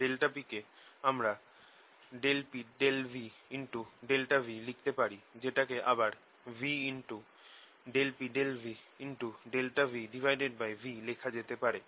∆p কে আমরা ∂p∂v∆v লিখতে পারি যেটাকে আবার v∂p∂v∆vv লেখা যেতে পারে